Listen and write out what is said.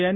N